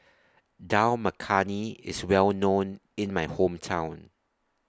Dal Makhani IS Well known in My Hometown